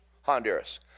Honduras